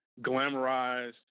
glamorized